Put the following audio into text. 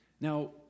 Now